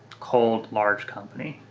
cold large company.